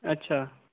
अच्छा